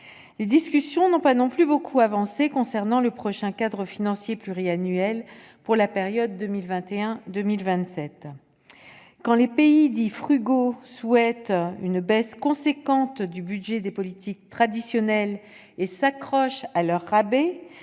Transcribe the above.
Les discussions n'ont pas non plus beaucoup progressé concernant le prochain cadre financier pluriannuel pour la période couvrant les années 2021 à 2027. Quand les pays dits « frugaux » souhaitent une baisse importante du budget des politiques traditionnelles et s'accrochent à leurs rabais,